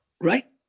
Right